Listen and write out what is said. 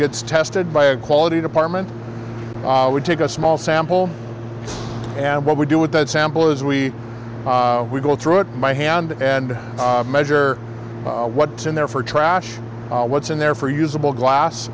gets tested by a quality department would take a small sample and what we do with that sample is we we go through it by hand and measure what's in there for trash what's in there for usable glass